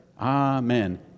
Amen